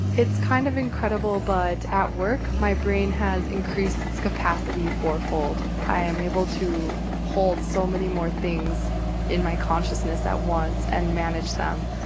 it's kind of incredible. but at work, my brain has increased its capacity fourfold. i am able to hold so many more things in my consciousness at once and manage them.